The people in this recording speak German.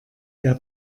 der